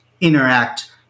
interact